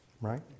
right